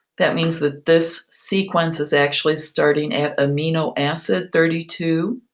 that means that this sequence is actually starting at amino acid thirty two.